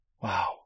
Wow